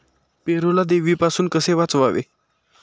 पेरूला देवीपासून कसे वाचवावे?